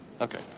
Okay